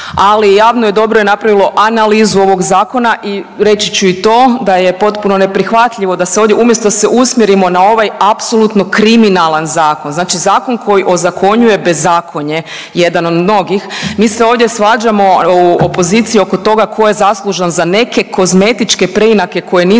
ali javno je dobro napravilo analizu ovog zakona i reći ću i to da je potpuno neprihvatljivo da se ovdje umjesto da se usmjerimo na ovaj apsolutno kriminalan zakon, znači zakon koji ozakonjuje bezakonje jedan od mnogih mi se ovdje svađamo u opoziciji oko toga tko je zaslužan za neke kozmetičke preinake koje nisu